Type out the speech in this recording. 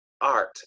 art